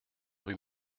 rue